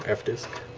ah fdisk